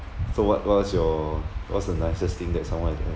so what what was your what's the nicest thing that someone has ever